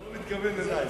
הוא מתכוון אלי.